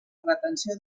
retenció